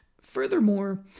Furthermore